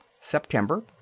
September